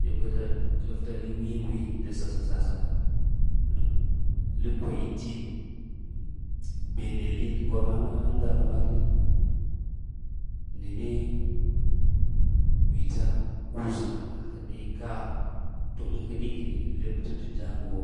Dzebka da klefta li wiwi da sasassa-sa ka. P li kwaidin, benellin kor haŋ na ŋa nu makeni, nane vita uzhana heɗeka, tun heɗe ka ɗe labta t jaŋah wo.